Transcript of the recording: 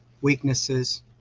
weaknesses